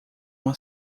uma